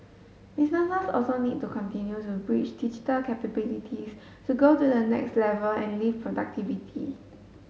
businesses also need to continue to build digital capabilities to go to the next level and lift productivity